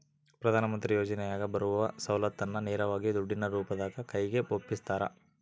ಪ್ರಧಾನ ಮಂತ್ರಿ ಯೋಜನೆಯಾಗ ಬರುವ ಸೌಲತ್ತನ್ನ ನೇರವಾಗಿ ದುಡ್ಡಿನ ರೂಪದಾಗ ಕೈಗೆ ಒಪ್ಪಿಸ್ತಾರ?